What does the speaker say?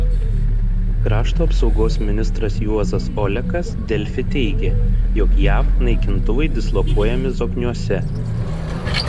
krašto apsaugos ministras juozas olekas delfi teigė jog jav naikintuvai dislokuojami zokniuose